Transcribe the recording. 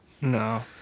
no